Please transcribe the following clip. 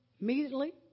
immediately